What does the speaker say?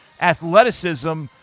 athleticism